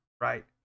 Right